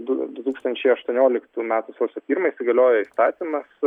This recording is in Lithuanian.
du du tūkstančiai aštuonioliktų metų sausio pirmąją įsigaliojo įstatymas